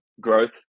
growth